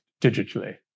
digitally